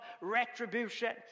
retribution